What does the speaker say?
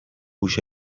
هوش